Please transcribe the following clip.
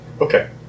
Okay